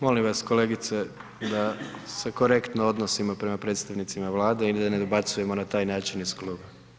Molim vas kolegice da se korektno odnosimo prema predstavnicima Vlade i ne dobacujemo na taj način iz klupe.